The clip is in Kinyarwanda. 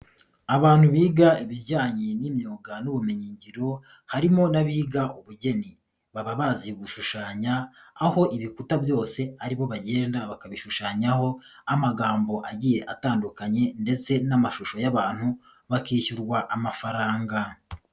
Abantu biga ibijyanye n'imyuga n'ubumenyingiro harimo n'abiga ubugeni baba bazi gushushanya aho ibikuta byose ari bo bagenda bakabishushanyaho amagambo agiye atandukanye ndetse n'amashusho y'abantu bakishyurwa amafaranga.